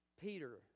Peter